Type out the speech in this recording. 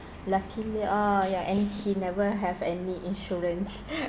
luckily ah ya and he never have any insurance